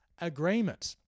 agreement